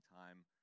time